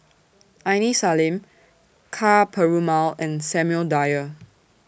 Aini Salim Ka Perumal and Samuel Dyer